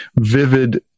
vivid